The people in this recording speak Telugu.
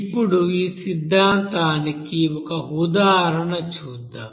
ఇప్పుడు ఈ సిద్ధాంతానికి ఒక ఉదాహరణ చూద్దాం